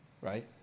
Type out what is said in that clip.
Right